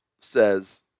says